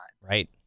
Right